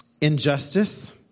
injustice